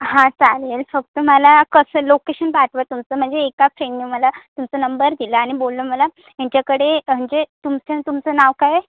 हां चालेल फक्त मला कसं आहे लोकेशन पाठवा तुमचं म्हणजे एका फ्रेंडने मला तुमचा नंबर दिला आणि बोललं मला यांच्याकडे म्हणजे तुमचं तुमचं नाव काय आहे